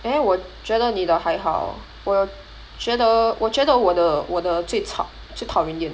eh 我觉得你还好我觉得我觉得我得我得最吵最讨人厌